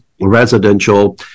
residential